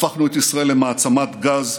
הפכנו את ישראל למעצמת גז,